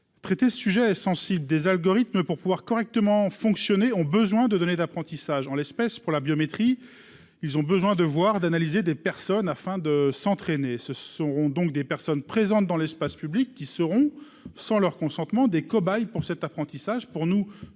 la promulgation de la loi. Les algorithmes, pour fonctionner correctement, ont besoin de données d'apprentissage. En l'espèce, pour la biométrie, ils ont besoin de voir et d'analyser des personnes afin de s'entraîner. Ce seront donc des personnes présentes dans l'espace public qui seront, sans leur consentement, des cobayes pour cet apprentissage. Ce n'est